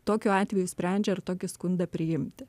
tokiu atveju sprendžia ar tokį skundą priimti